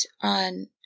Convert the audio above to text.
on